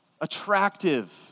attractive